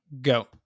go